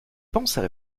pensent